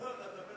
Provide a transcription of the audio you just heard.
אתה מדבר יפה.